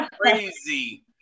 crazy